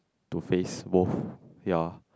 to face both ya